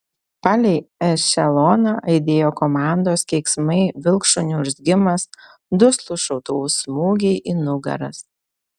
palei ešeloną aidėjo komandos keiksmai vilkšunių urzgimas duslūs šautuvų smūgiai į nugaras